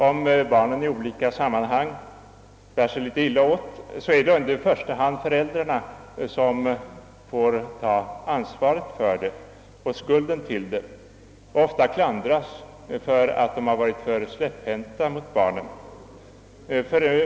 Om barn i olika sammanhang bär sig litet illa åt, är det ändå i första hand föräldrarna som får ta ansvaret för och skulden till detta och som dessutom ofta klandras för att de varit för släpphänta mot barnen.